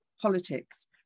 politics